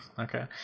okay